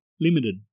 limited